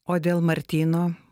o dėl martyno